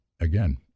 again